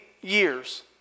years